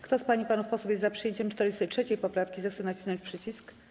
Kto z pań i panów posłów jest za przyjęciem 43. poprawki, zechce nacisnąć przycisk.